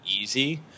easy